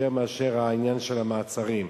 יותר מאשר העניין של המעצרים.